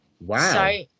Wow